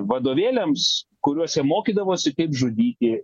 vadovėliams kuriuose mokydavosi kaip žudyti